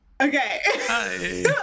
Okay